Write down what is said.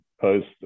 Post